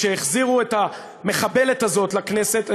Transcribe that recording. כשהחזירו את המחבלת הזאת לכנסת,